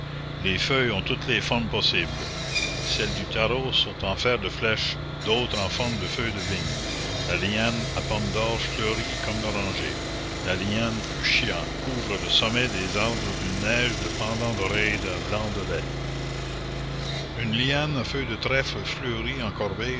les feuilles ont toutes les formes possibles celles du tarot sont en fer de flèche d'autres en forme de feuilles de vigne la liane à pommes d'or fleurit comme l'oranger la liane fuchsia couvre le sommet des arbres d'une neige de pendants d'oreilles d'un blanc de lait une liane à feuilles de trèfle fleurit en corbeilles